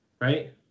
right